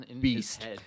beast